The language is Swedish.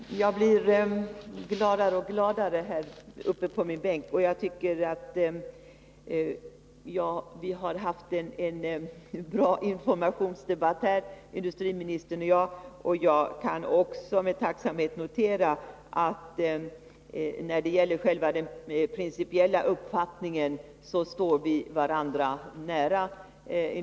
Herr talman! Jag blir gladare och gladare. Jag tycker att industriministern och jag har haft en givande informationsdebatt, och jag kan också med tacksamhet notera att vi nu när det gäller den principiella uppfattningen står varandra nära.